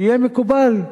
יהיה מקובל.